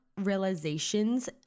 Realizations